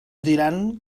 diran